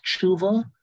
tshuva